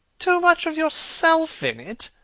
too much of yourself in it!